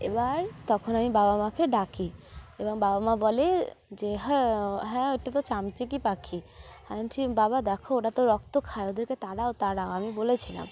এবার তখন আমি বাবা মাকে ডাকি এবং বাবা মা বলে যে হ্যাঁ হ্যাঁ ওইটা তো চামচিকি পাখি হ্যাঁ ঠ বাবা দেখো ওটা তো রক্ত খায় ওদেরকে তারাও তারাও আমি বলেছিলাম